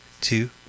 two